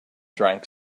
drank